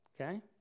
okay